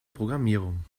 programmierung